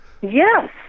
Yes